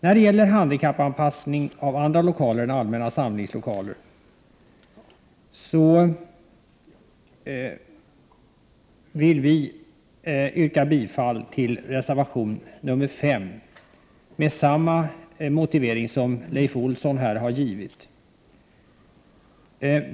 När det gäller handikappanpassning av andra lokaler än allmänna samlingslokaler vill vi yrka bifall till reservation 5 med samma motivering som Leif Olsson har givit.